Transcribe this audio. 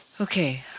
Okay